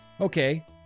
Okay